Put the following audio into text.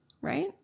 right